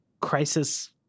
crisis